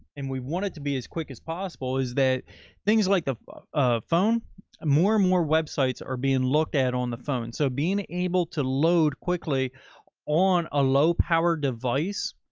and we want it to be as quick as possible is that things like the ah phone more and more websites are being looked at on the phone. so being able to load quickly on a low power device.